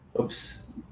Oops